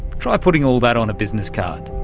try putting all that on a business card.